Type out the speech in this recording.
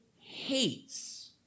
hates